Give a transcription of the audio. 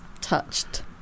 touched